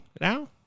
now